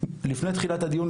לפני תחילת הדיון,